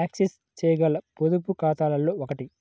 access చేయగల పొదుపు ఖాతాలలో ఒకటి